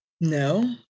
No